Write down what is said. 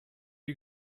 are